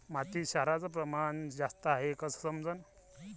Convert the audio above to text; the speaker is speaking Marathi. मातीत क्षाराचं प्रमान जास्त हाये हे कस समजन?